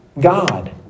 God